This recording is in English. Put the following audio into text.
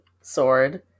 sword